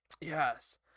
Yes